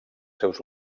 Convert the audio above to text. seus